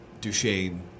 Duchesne